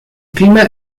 clima